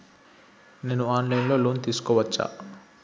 నేను online లో loan తీసుకోవచ్చా?